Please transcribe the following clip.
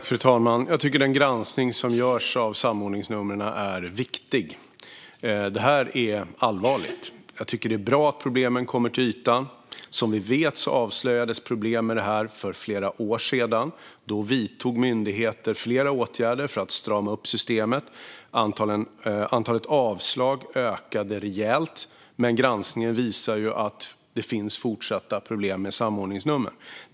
Fru talman! Jag tycker att den granskning som görs av samordningsnumren är viktig, för det här är allvarligt. Jag tycker att det är bra att problemen kommer upp till ytan. Som vi vet avslöjades problem med det här för flera år sedan. Då vidtog myndigheter flera åtgärder för att strama upp systemet. Antalet avslag ökade rejält, men granskningen visar att det finns fortsatta problem med samordningsnummer.